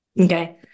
Okay